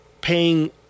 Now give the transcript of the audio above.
paying